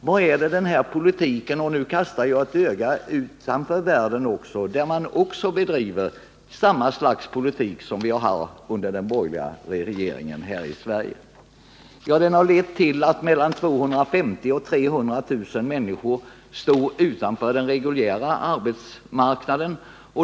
Vad är det denna politik lett till? Ja, nu kastar jag ett öga också utanför vårt lands gränser, där man bedriver samma slags politik som den borgerliga regeringen bedrev här i Sverige. Politiken har i vårt land lett till att mellan 250 000 och 300 000 människor står utanför den reguljära arbetsmarknaden.